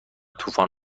طوفان